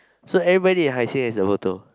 so everybody in Hai Sing has the photo